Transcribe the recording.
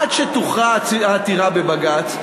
עד שתוכרע העתירה בבג"ץ,